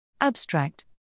Abstract